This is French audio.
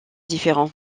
différent